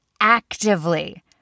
actively